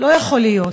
לא יכול להיות